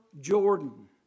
Jordan